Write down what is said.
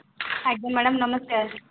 ଆଜ୍ଞା ମ୍ୟାଡ଼ାମ୍ ନମସ୍କାର